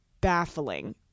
baffling